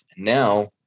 Now